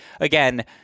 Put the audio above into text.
again